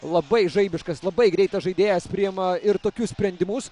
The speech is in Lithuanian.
labai žaibiškas labai greitas žaidėjas priima ir tokius sprendimus